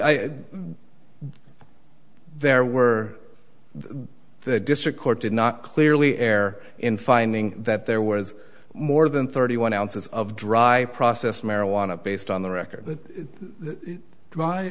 said there were the district court did not clearly err in finding that there was more than thirty one ounces of dry processed marijuana based on the record that dry